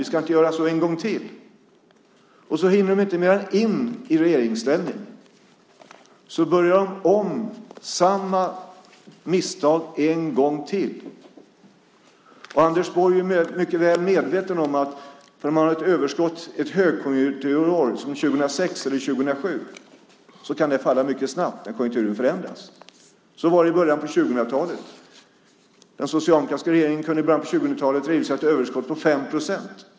Vi ska inte göra så en gång till." Men de hinner inte mer än in i regeringsställning innan de börjar om och gör samma misstag en gång till. Om man har ett överskott ett högkonjunkturår, som 2006 eller 2007, kan det falla mycket snabbt när konjunkturen förändras. Anders Borg är väl medveten om det. Så var det i början av 2000-talet. Den socialdemokratiska regeringen kunde då redovisa ett överskott på 5 procent.